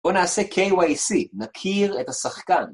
בוא נעשה KYC, נכיר את השחקן.